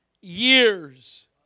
years